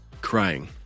Crying